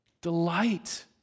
delight